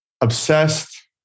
obsessed